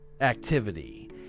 activity